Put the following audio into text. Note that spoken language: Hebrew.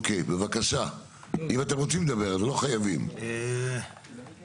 בבקשה, אם אתם רוצים לדבר, אתם לא חייבים.